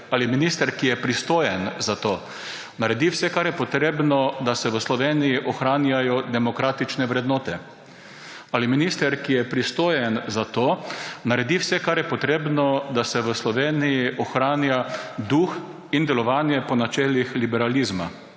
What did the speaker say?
ali minister, ki je pristojen za to, naredi vse, kar je potrebno, da se v Sloveniji ohranjajo demokratične vrednote; ali minister, ki je pristojen za to, naredi vse, kar je potrebno, da se v Sloveniji ohranja duh in delovanje po načelih liberalizma,